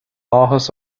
áthas